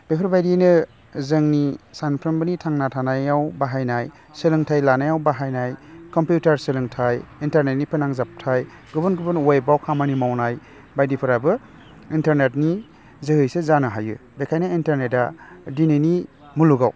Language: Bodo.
बेफोर बायदिनो जोंनि सानफ्रोबोनि थांना थानायाव बाहायनाय सोलोंंथाइ लानायाव बाहायनाय कम्पिउटार सोलोंथाइ इन्टारनेटनि फोनांजाबथाइ गुबुन गुबुन वेबआव खामानि मावनाय बायदिफ्राबो इन्टारनेटनि जोहैयो जानो हायो बेखायनो इन्टारनेटा दिनैनि मुलुगाव